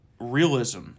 realism